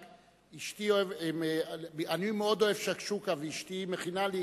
אני מאוד אוהב שקשוקה ואשתי מכינה לי